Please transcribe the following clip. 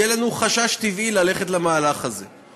יהיה לנו חשש טבעי ללכת למהלך הזה.